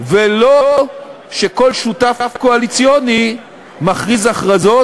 ולא שכל שותף קואליציוני מכריז הכרזות,